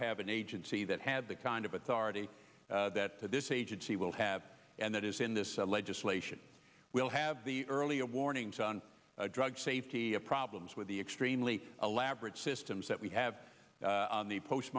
have an agency that had the kind of authority that this agency will have and that is in this legislation will have the earlier warnings on drug safety problems with the extremely elaborate systems that we have on the post